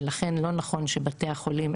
ולכן לא נכון שבתי החולים,